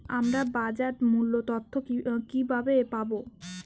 আমরা বাজার মূল্য তথ্য কিবাবে পাবো?